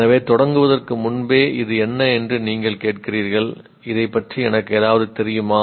எனவே தொடங்குவதற்கு முன்பே இது என்ன என்று நீங்கள் கேட்கிறீர்கள் இதைப் பற்றி எனக்கு ஏதாவது தெரியுமா